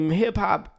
hip-hop